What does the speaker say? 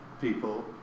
people